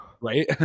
Right